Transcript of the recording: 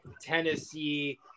Tennessee